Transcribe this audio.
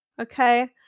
okay